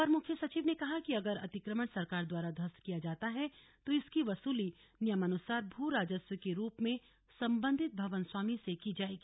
अपर मुख्य सचिव ने कहा कि अगर अतिक्रमण सरकार द्वारा ध्वस्त किया जाता है तो इसकी वसूली नियमानुसार भू राजस्व के रूप में संबंधित भवन स्वामी से की जायेगी